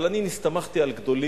אבל אני הסתמכתי על גדולים